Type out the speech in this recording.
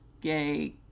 gay